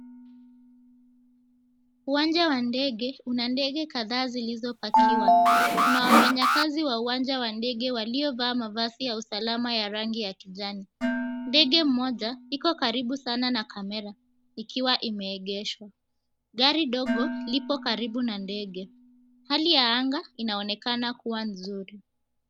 Uwanja wa ndege kuna ndege kadhaa zilizopakiwa. Kuna wafanyikazi wa uwanja wa ndege waliovaa mavazi ya usalama ya rangi ya kijani. Ndege mmoja iko karibu sana na kamera ikiwa imeegeshwa. Gari ndogo lipo karibu na ndege. Hali ya anga inaonekana kuwa nzuri.